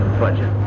budget